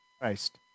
Christ